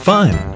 Fun